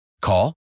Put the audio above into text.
Call